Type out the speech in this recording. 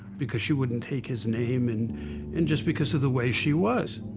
because she wouldn't take his name and and just because of the way she was.